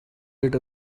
lit